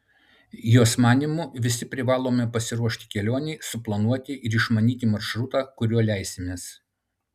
jos manymu visi privalome pasiruošti kelionei suplanuoti ir išmanyti maršrutą kuriuo leisimės